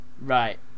right